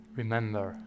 remember